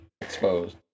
exposed